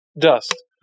Dust